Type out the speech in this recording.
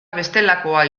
bestelakoa